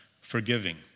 forgiving